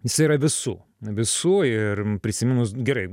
jis yra visų visų ir prisiminus gerai